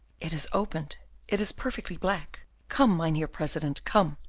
it has opened it is perfectly black come, mynheer president, come.